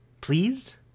Please